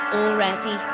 already